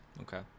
Okay